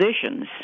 positions